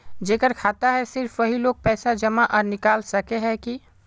जेकर खाता है सिर्फ वही लोग पैसा जमा आर निकाल सके है की?